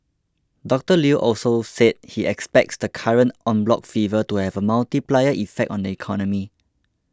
Doctor Lew also said he expects the current En bloc fever to have a multiplier effect on the economy